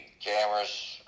cameras